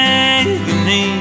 agony